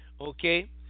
okay